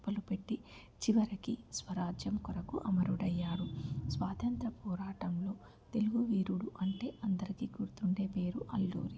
ఉప్పు తిప్పలు పెట్టి చివరికి స్వరాజ్యం కొరకు అమరుడయ్యాడు స్వాతంత్ర పోరాటంలో తెలుగు వీరుడు అంటే అందరికీ గుర్తుండే పేరు అల్లూరి